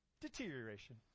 Deterioration